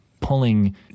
pulling